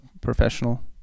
professional